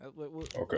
okay